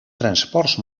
transports